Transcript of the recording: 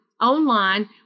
online